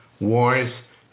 wars